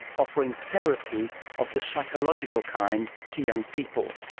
offering therapy of the psychological kind to young people.